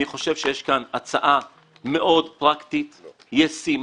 אני חושב שיש כאן הצעה מאוד פרקטית וישימה.